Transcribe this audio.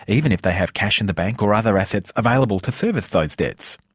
even if they have cash in the bank or other assets available to service those debts.